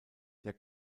der